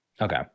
Okay